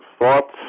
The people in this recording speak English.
thoughts